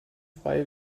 frei